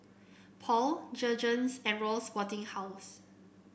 Paul Jergens and Royal Sporting House